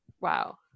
Wow